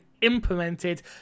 implemented